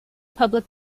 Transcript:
public